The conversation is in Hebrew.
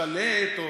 להשתלט,